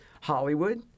Hollywood